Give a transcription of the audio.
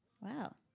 Wow